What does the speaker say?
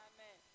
Amen